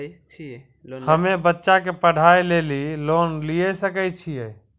हम्मे बच्चा के पढ़ाई लेली लोन लिये सकय छियै?